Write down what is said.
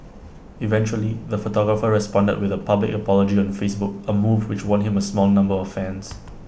eventually the photographer responded with A public apology on Facebook A move which won him A small number of fans